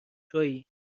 توئی